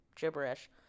gibberish